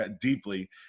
deeply